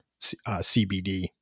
CBD